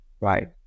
right